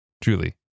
truly